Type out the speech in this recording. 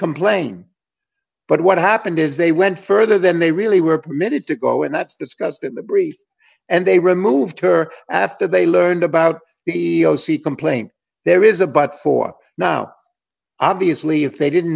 complain but what happened is they went further than they really were permitted to go and that's discussed in the briefs and they removed her after they learned about the o c complaint there is a but for now obviously if they didn't